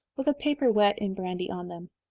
with a paper wet in brandy on them.